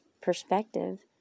perspective